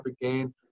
again